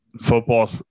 football